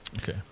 Okay